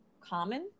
common